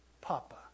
Papa